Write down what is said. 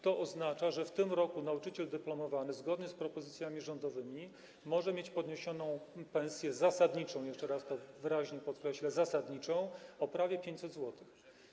To oznacza, że w tym roku nauczyciel dyplomowany, zgodnie z propozycjami rządowymi, może mieć podniesioną pensję zasadniczą - jeszcze raz to wyraźnie podkreślę: zasadniczą - o prawie 500 zł.